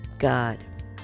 God